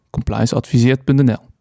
ComplianceAdviseert.nl